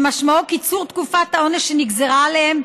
שמשמעו קיצור תקופת העונש שנגזרה עליהם,